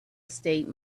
estate